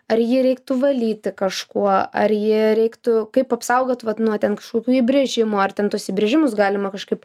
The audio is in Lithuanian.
ar jį reiktų valyti kažkuo ar jį reiktų kaip apsaugot vat nuo ten kažkokių įbrėžimų ar ten tuos įbrėžimus galima kažkaip